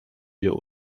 wir